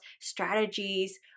strategies